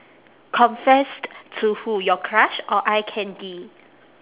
confessed to who your crush or eye candy